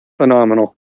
phenomenal